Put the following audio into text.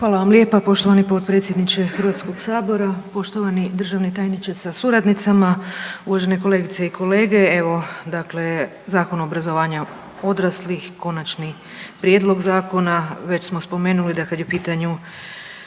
Hvala vam lijepa. Poštovani potpredsjedniče HS-a, poštovani državni tajniče sa suradnicama, uvažene kolegice i kolege. Evo dakle Zakon o obrazovanju odraslih, Konačni prijedlog Zakona već smo spomenuli da kad je u pitanju